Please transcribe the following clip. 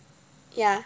yeah